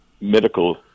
medical